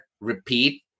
repeat